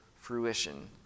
fruition